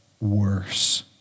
worse